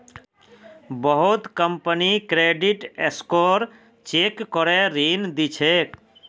बहुत company credit score check करे ऋण दी छेक